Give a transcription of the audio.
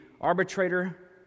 arbitrator